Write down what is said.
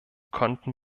konnten